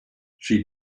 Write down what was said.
she